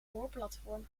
boorplatform